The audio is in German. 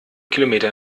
kilometer